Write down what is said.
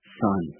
son